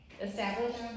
Established